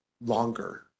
longer